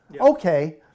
Okay